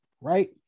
right